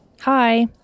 Hi